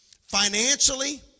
financially